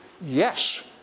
yes